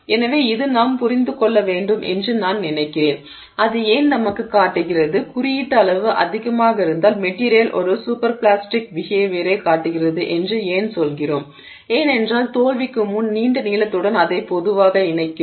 எனவே இது நாம் புரிந்து கொள்ள வேண்டும் என்று நான் நினைக்கிறேன் அது ஏன் நமக்குக் காட்டுகிறது குறியீட்டு அளவு அதிகமாக இருந்தால் மெட்டிரியல் ஒரு சூப்பர் பிளாஸ்டிக் பிஹேவியரைக் காட்டுகிறது என்று ஏன் சொல்கிறோம் ஏனென்றால் தோல்விக்கு முன் நீண்ட நீளத்துடன் அதை பொதுவாக இணைக்கிறோம்